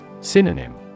Synonym